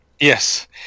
Yes